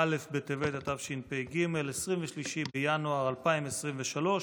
א' בשבט התשפ"ג (23 בינואר 2023)